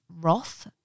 Roth